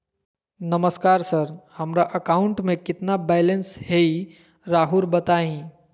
नमस्कार सर हमरा account number में कितना बैलेंस हेई राहुर बताई?